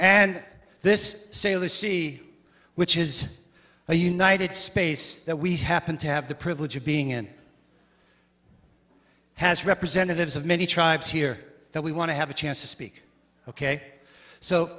and this sailor sea which is a united space that we happen to have the privilege of being in has representatives of many tribes here that we want to have a chance to speak ok so